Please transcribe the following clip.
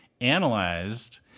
analyzed